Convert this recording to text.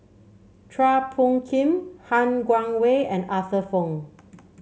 Chua Phung Kim Han Guangwei and Arthur Fong